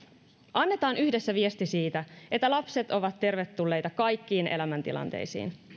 annetaan yhdessä viesti siitä että lapset ovat tervetulleita kaikkiin elämäntilanteisiin